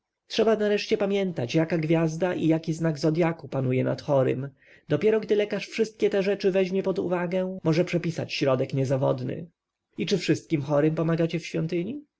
trzeba nareszcie pamiętać jaka gwiazda i jaki znak zodjaku panuje nad chorym dopiero gdy lekarz wszystkie te rzeczy weźmie pod uwagę może przepisać środek niezawodny i czy wszystkim chorym pomagacie w świątyni